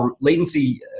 latency